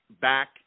back